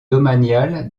domaniale